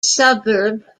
suburb